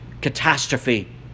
catastrophe